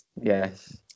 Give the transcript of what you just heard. Yes